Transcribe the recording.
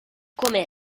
come